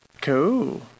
Cool